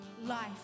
life